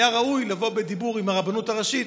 היה ראוי לבוא בדיבור עם הרבנות הראשית